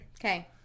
Okay